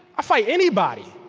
i'll fight anybody.